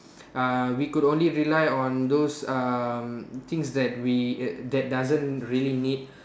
uh we could only rely on those um things that we that doesn't really need